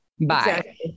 Bye